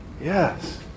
Yes